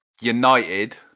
United